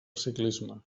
ciclisme